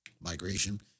migration